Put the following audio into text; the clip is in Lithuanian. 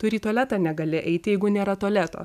tu ir į tualetą negali eiti jeigu nėra tualeto